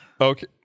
Okay